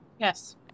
Yes